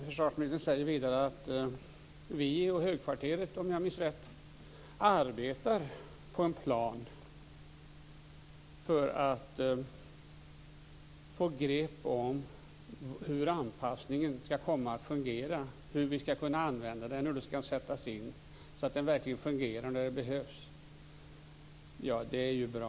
Försvarsministern säger vidare att han och högkvarteret, om jag minns rätt, arbetar på en plan för att få grepp om hur anpassningen skall komma att fungera, hur vi skall kunna använda den och hur den skall sättas in så att den verkligen fungerar när den behövs. Det är ju bra.